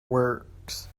works